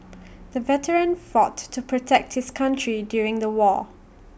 the veteran fought to protect his country during the war